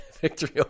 victory